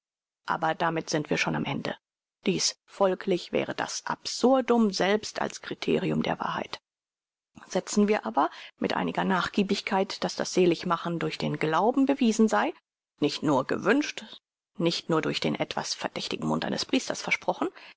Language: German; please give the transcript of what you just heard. aber damit sind wir schon am ende dies folglich wäre das absurdum selbst als kriterium der wahrheit setzen wir aber mit einiger nachgiebigkeit daß das seligmachen durch den glauben bewiesen sei nicht nur gewünscht nicht nur durch den etwas verdächtigen mund eines priesters versprochen